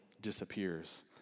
disappears